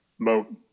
vote